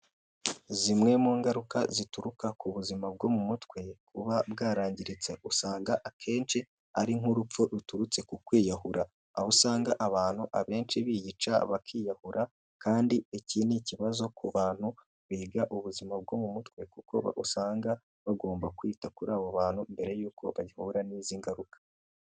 Zimwe mu ngaruka zituruka ku buzima bwo mu mutwe buba bwarangiritse usanga akenshi ari nk'urupfu ruturutse ku kwiyahura, aho usanga abantu abenshi biyica bakiyahura kandi iki ni ikibazo ku bantu biga ubuzima bwo mu mutwe kuko usanga bagomba kwita kuri abo bantu mbere y'uko bagahura n'izi ngaruka.